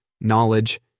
knowledge